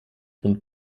und